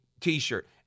T-shirt